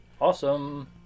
Awesome